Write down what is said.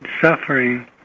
suffering